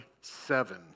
seven